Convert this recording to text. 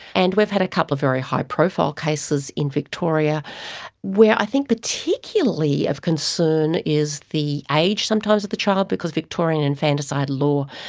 and we've had a couple of very high profile cases in victoria where i think particularly of concern is the age sometimes of the child because victorian infanticide law,